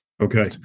Okay